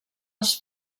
els